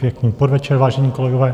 Pěkný podvečer, vážení kolegové.